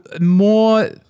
more